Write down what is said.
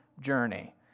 journey